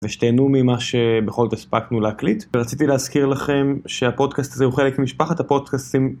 ושתהנו ממה שבכל זאת הספקנו להקליט. ורציתי להזכיר לכם שהפודקאסט הזה הוא חלק ממשפחת הפודקאסטים.